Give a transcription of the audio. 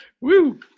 Woo